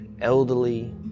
elderly